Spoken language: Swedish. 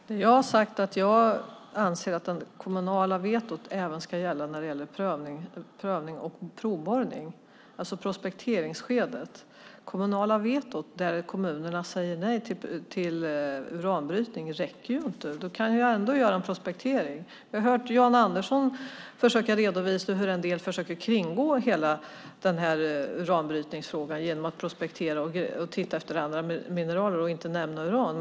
Herr talman! Jag har sagt att jag anser att det kommunala vetot även ska gälla provborrning, alltså prospekteringsskedet. Det kommunala vetot, där kommunerna säger nej till uranbrytning, räcker inte. De kan ju ändå göra en prospektering. Vi har hört Jan Andersson redovisa hur en del försöker kringgå hela uranbrytningsfrågan genom att prospektera och titta efter andra mineraler utan att nämna uran.